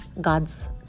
God's